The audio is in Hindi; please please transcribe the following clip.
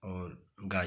और गाजर